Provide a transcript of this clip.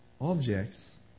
objects